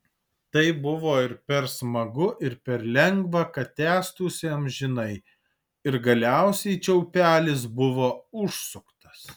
tai buvo ir per smagu ir per lengva kad tęstųsi amžinai ir galiausiai čiaupelis buvo užsuktas